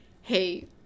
hey